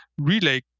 relay